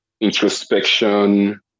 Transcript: introspection